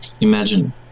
Imagine